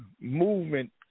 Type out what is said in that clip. movement